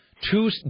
Two